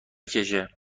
کشهمگه